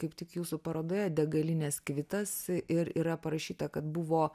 kaip tik jūsų parodoje degalinės kvitas ir yra parašyta kad buvo